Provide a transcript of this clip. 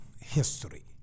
history